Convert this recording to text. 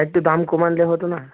একটু দাম কম আনলে হতো না